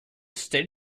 state